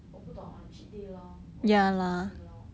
我不懂 lah cheat day lor 我当成 cheat day lor